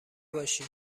باشی